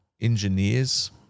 engineers